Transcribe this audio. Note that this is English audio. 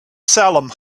salem